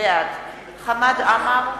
בעד חמד עמאר,